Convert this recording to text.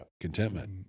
contentment